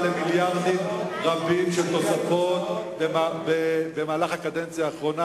למיליארדים רבים בתוספות במהלך הקדנציה האחרונה,